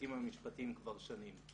בהיבטים המשפטיים כבר שנים.